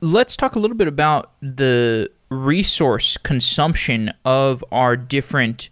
let's talk a little bit about the resource consumption of our different